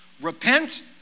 Repent